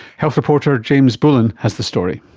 health reporter james bullen has the story.